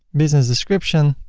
business description